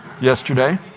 yesterday